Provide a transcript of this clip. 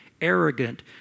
arrogant